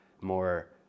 more